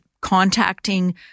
contacting